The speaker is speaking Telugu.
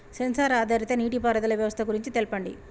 సెన్సార్ ఆధారిత నీటిపారుదల వ్యవస్థ గురించి తెల్పండి?